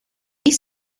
this